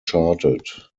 charted